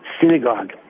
synagogue